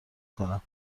کنم